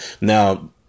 Now